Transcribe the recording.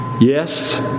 yes